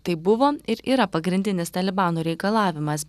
tai buvo ir yra pagrindinis talibano reikalavimas